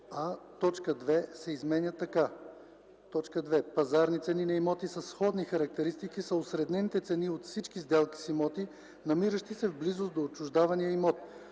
а) точка 2 се изменя така: „2. „Пазарни цени на имоти със сходни характеристики” са осреднените цени от всички сделки с имоти, намиращи се в близост от отчуждавания имот,